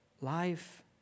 Life